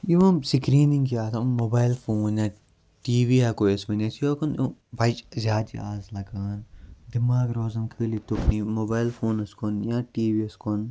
screening یا تم mobile phone یا ٹی وی ہیٚکو أسۍ ؤنِتھ یوکُن بچہِ زیادٕ چھِ آز لَگان دٮ۪ماغ روزان خٲلی تُکنٕے موبایِل فونَس کُن یا ٹی وِی یَس کُن